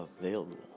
available